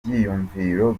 ibyiyumviro